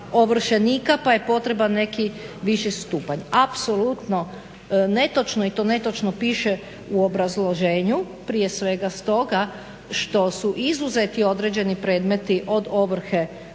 ovršenika pa je potreban neki viši stupanj. Apsolutno netočno i to netočno piše u obrazloženju, prije svega stoga što su izuzeti određeni predmeti od ovrhe